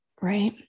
Right